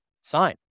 sign